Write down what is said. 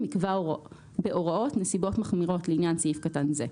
יקבע בהוראות נסיבות מחמירות לעניין סעיף קטן זה.